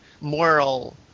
moral